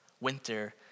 winter